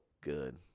good